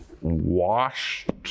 washed